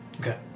Okay